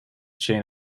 chain